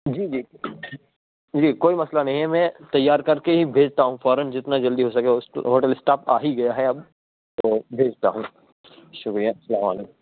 جی جی جی کوئی مسئلہ نہیں ہے میں تیار کر کے ہی بھیجتا ہوں فوراً جتنا جلدی ہو سکے ہوٹل اسٹاف آ ہی گیا ہے اب تو بھیجتا ہوں شکریہ السلام علیکم